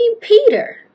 Peter